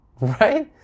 right